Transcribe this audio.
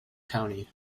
county